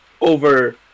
over